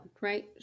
right